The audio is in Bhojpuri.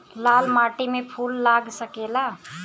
लाल माटी में फूल लाग सकेला?